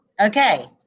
okay